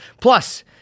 Plus